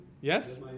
Yes